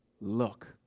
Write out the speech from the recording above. look